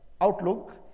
outlook